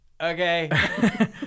Okay